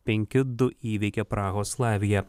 penki du įveikė prahos slaviją